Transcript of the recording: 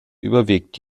überwiegt